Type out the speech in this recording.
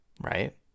Right